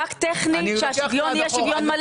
רק טכני שהשוויון יהיה שוויון מלא.